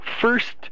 First